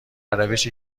روشی